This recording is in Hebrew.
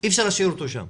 אי אפשר להשאיר אותו בבית,